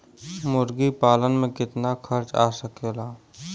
मुर्गी पालन में कितना खर्च आ सकेला?